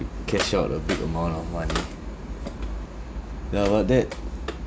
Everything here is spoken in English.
cash out a big amount lor money ya but that